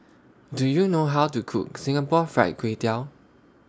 Do YOU know How to Cook Singapore Fried Kway Tiao